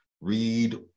read